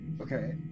okay